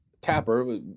Tapper